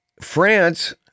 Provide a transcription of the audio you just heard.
France